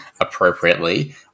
appropriately